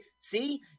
see